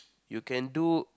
you can do